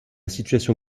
situation